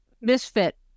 Misfit